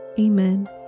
Amen